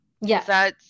Yes